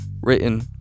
written